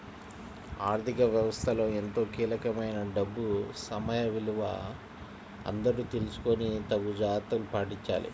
ఆర్ధిక వ్యవస్థలో ఎంతో కీలకమైన డబ్బు సమయ విలువ అందరూ తెలుసుకొని తగు జాగర్తలు పాటించాలి